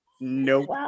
Nope